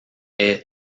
est